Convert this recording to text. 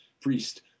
priest